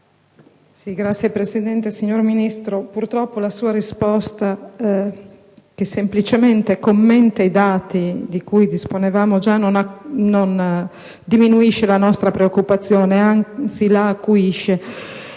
GHEDINI *(PD)*. Signor Ministro, purtroppo la sua risposta è semplicemente un commento ai dati di cui disponiamo già, e non diminuisce la nostra preoccupazione, anzi la acuisce,